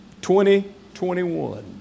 2021